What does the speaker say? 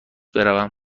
بروم